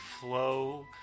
flow